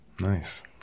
Nice